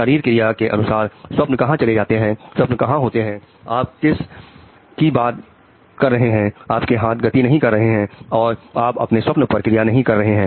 शरीर क्रिया के अनुसार स्वप्न कहां चले जाते हैं स्व कहां होता है आप किस व की बात कर रहे हैं आपके हाथ गति नहीं कर रहे हैं और आप अपने स्वप्न पर क्रिया नहीं कर रहे हैं